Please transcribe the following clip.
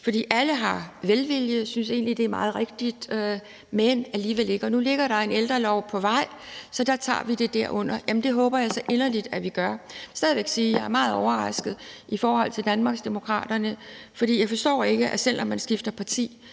for alle udtrykker velvilje og synes egentlig, at det er meget rigtigt, men vil alligevel ikke. Nu er der en ældrelov på vej, og så tager vi det i den forbindelse. Jamen det håber jeg så inderligt at vi gør. Jeg vil stadig væk sige, at jeg er meget overrasket i forhold til Danmarksdemokraterne, for jeg forstår ikke, at man, selv om man skifter parti,